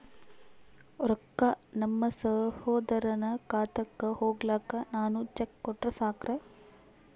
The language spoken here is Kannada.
ರೊಕ್ಕ ನಮ್ಮಸಹೋದರನ ಖಾತಕ್ಕ ಹೋಗ್ಲಾಕ್ಕ ನಾನು ಚೆಕ್ ಕೊಟ್ರ ಸಾಕ್ರ?